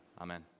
Amen